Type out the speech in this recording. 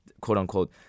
quote-unquote